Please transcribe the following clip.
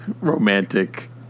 romantic